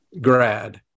grad